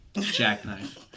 jackknife